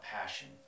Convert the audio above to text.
passion